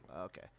Okay